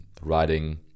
writing